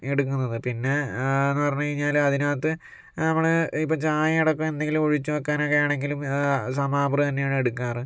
എടുക്കുന്നത് പിന്നെ എന്നു പറഞ്ഞു കഴിഞ്ഞാല് അതിനകത്ത് നമ്മള് ഇപ്പോൾ ചായ അടക്കം എന്തെങ്കിലും ഒഴിച്ച് വെക്കാനൊക്കെ ആണെങ്കിലും സാമാബറ് തന്നെയാണ് എടുക്കാറ്